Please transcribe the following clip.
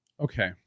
okay